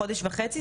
חודש וחצי,